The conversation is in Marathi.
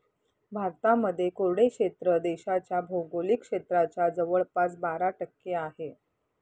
भारतामध्ये कोरडे क्षेत्र देशाच्या भौगोलिक क्षेत्राच्या जवळपास बारा टक्के आहे